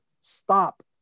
stop